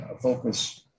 focus